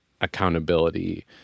accountability